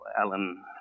Alan